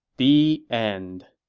the end